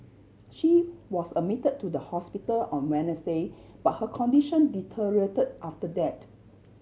she was admit to the hospital on Wednesday but her condition deteriorate after that